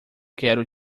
quero